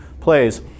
plays